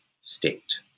state